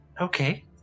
Okay